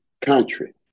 country